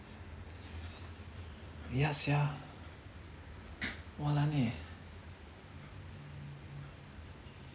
ya sia walan eh